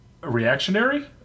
reactionary